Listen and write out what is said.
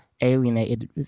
alienated